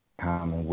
common